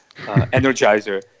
energizer